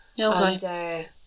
Okay